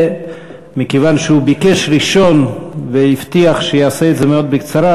מכיוון שהוא ביקש ראשון והבטיח שיעשה את זה מאוד בקצרה,